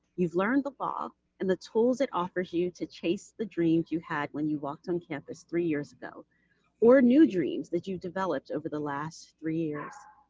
you've learned the law and the tool it offers you to chase the dreams you had when you walked on campus three years ago or new dreams that you developed over the last three years.